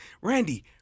Randy